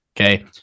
Okay